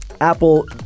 apple